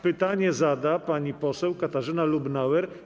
Pytanie zada pani poseł Katarzyna Lubnauer.